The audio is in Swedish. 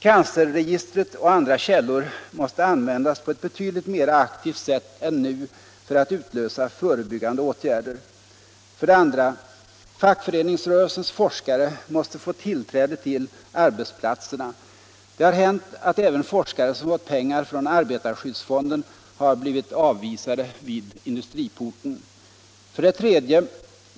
Cancerregistret och andra källor måste användas på ett betydligt mera aktivt sätt än nu för att utlösa förebyggande åtgärder. 2. Fackföreningsrörelsens forskare måste få tillträde till arbetsplatserna. Det har hänt att även forskare som fått pengar från arbetarskyddsfonden har blivit avvisade vid industriporten. 3.